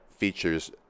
Features